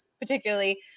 particularly